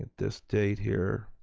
this date here?